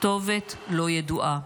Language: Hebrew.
כתובת לא ידועה.